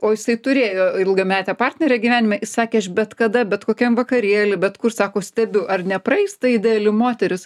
o jisai turėjo ilgametę partnerę gyvenime is sakė aš bet kada bet kokiam vakarėly bet kur sako stebiu ar nepraeis ta ideali moteris